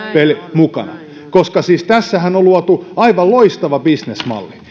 mukana koska siis tässähän on luotu aivan loistava bisnesmalli